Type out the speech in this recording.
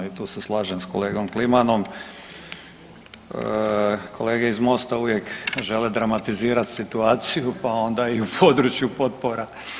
I tu se slažem s kolegom Klimanom, kolege iz MOST-a uvijek žele dramatizirati situaciju pa onda i u području potpora.